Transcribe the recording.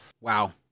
Wow